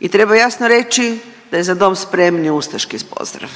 I treba jasno reći da je „Za dom spremni“ ustaški pozdrav.